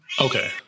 Okay